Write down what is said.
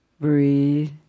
Breathe